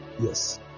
Yes